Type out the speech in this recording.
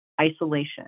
isolation